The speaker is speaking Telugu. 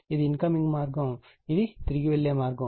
ఇది ఇన్కమింగ్ మార్గం ఇది తిరిగి వచ్చే మార్గం